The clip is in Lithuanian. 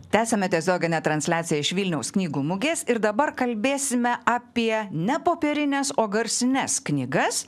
tęsiame tiesioginę transliaciją iš vilniaus knygų mugės ir dabar kalbėsime apie ne popierines o garsines knygas